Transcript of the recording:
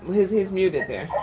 his his muted there.